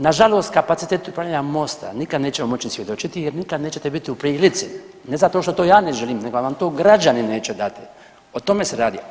Nažalost, kapacitete upravljanja Mosta nikad nećemo moći svjedočiti jer nikad nećete biti u prilici, ne zato što ja to ne želim nego vam to građani neće dati, o tome se radi.